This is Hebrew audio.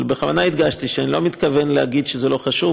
בכוונה הדגשתי שאני לא מתכוון להגיד שזה לא חשוב,